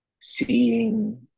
seeing